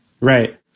Right